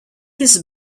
his